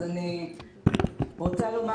אני רוצה לומר